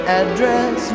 address